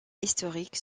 historique